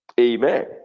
amen